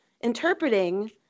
interpreting